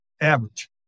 Average